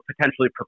potentially